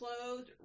clothed